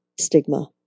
stigma